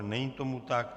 Není tomu tak.